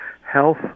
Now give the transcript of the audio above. Health